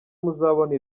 muzabona